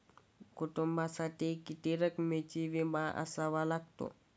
कुटुंबासाठी किती रकमेचा विमा असावा लागतो?